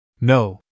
No